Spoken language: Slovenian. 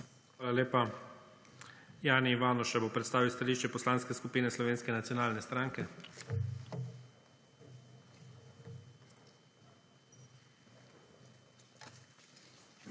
Hvala lepa. Jani Ivanuša bo predstavil stališče Poslanske skupine Slovenske nacionalne stranke.